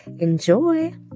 enjoy